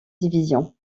division